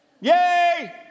yay